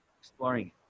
exploring